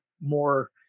more